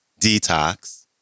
Detox